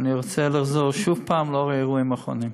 ואני רוצה לחזור שוב פעם לנוכח האירועים האחרונים.